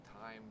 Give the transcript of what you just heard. time